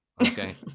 okay